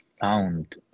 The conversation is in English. found